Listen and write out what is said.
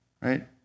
right